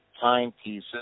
timepieces